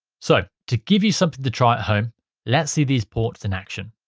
so to give you something to try at home let's see these ports in action.